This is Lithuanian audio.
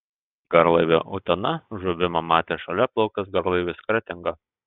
garlaivio utena žuvimą matė šalia plaukęs garlaivis kretinga